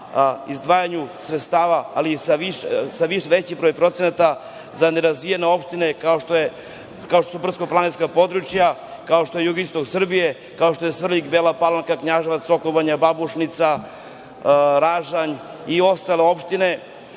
izdvajanju sredstava ali sa većim brojem procenata za nerazvijene opštine kao što su brdsko-planinska područja kao što je jugoistok Srbije, kao što je Svrljig, Bela Palanka, Knjaževac, Sokobanja, Babušnica, Ražanj i ostale opštine.